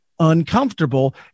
uncomfortable